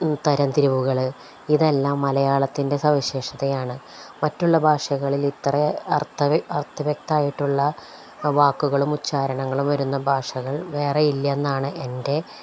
ഈ തരംതിരുവുകൾ ഇതെല്ലാം മലയാളത്തിൻ്റെ സവിശേഷതയാണ് മറ്റുള്ള ഭാഷകളിൽ ഇത്ര അർത്ഥം അർത്ഥം വ്യക്തമായിട്ടുള്ള വാക്കുകളും ഉച്ചാരണങ്ങളും വരുന്ന ഭാഷകൾ വേറെ ഇല്ല്യന്നാണ് എൻ്റെ